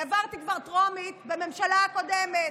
העברתי כבר בקריאה טרומית בממשלה הקודמת.